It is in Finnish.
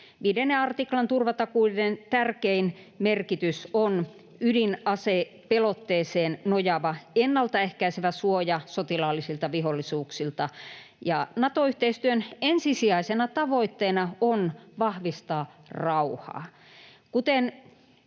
estäminen. 5 artiklan turvatakuiden tärkein merkitys on ydinasepelotteeseen nojaava, ennalta ehkäisevä suoja sotilaallisilta vihollisuuksilta, ja Nato-yhteistyön ensisijaisena tavoitteena on vahvistaa rauhaa.